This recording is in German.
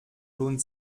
lohnt